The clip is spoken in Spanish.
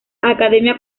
academia